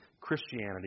Christianity